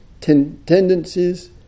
tendencies